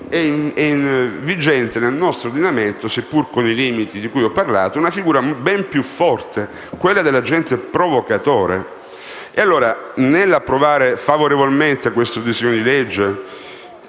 è vigente nel nostro ordinamento, seppur con i limiti di cui ho parlato, una figura ben più forte: quella dell'agente provocatore. Nel votare a favore di questo disegno di legge,